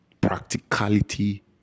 practicality